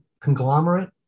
conglomerate